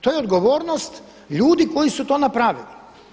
To je odgovornost ljudi koji su to napravili.